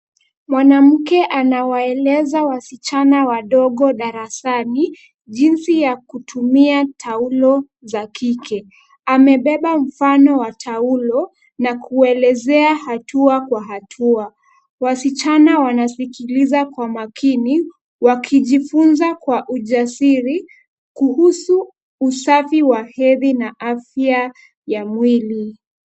Mwanamke anawaeleza wasichana wadogo darasani jinsi ya kutumia taulo za kike. Amebeba mfano wa taulo na kuelezea hatua kwa hatua. Wasichana wanasikiliza kwa makini wakijifunza kwa ujasiri kuhusu usafi wa hedhi na afya ya mwili.